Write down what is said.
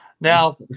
Now